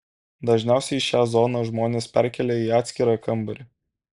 dažniausiai šią zoną žmonės perkelia į atskirą kambarį